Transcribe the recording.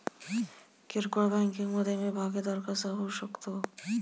किरकोळ बँकिंग मधे मी भागीदार कसा होऊ शकतो?